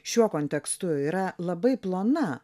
šiuo kontekstu yra labai plona